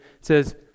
says